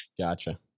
Gotcha